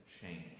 change